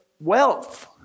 wealth